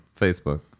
Facebook